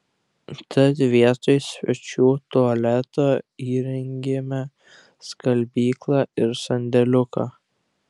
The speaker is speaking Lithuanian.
tad vietoj svečių tualeto įrengėme skalbyklą ir sandėliuką